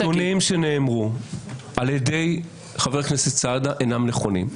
הנתונים שנאמרו על ידי חבר הכנסת סעדה אינם נכונים.